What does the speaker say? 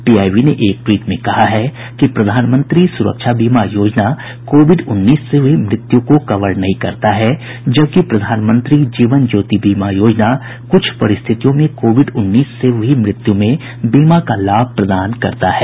PIB ने एक tweet में कहा है कि प्रधानमंत्री सुरक्षा बीमा योजना कोविड उन्नीस से हुई मृत्यु को कवर नहीं करता है जबकि प्रधानमंत्री जीवन ज्योति बीमा योजना कुछ परिस्थितियों में कोविड उन्नीस से हुई मृत्यु में बीमा का लाभ प्रदान करता है